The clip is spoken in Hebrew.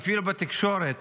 אפילו בתקשורת